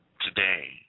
Today